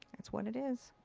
that's what it is.